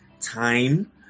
time